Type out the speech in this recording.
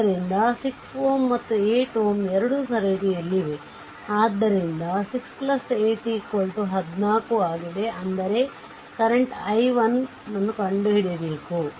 ಆದ್ದರಿಂದ ಇದು 6 Ω ಮತ್ತು 8 Ω ಎರಡೂ ಸರಣಿಯಲ್ಲಿವೆ ಆದ್ದರಿಂದ 68 14 ಆಗಿದೆ ಆದರೆ ಕರೆಂಟ್ i1 ಅನ್ನು ಕಂಡುಹಿಡಿಯಬೇಕು